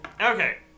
Okay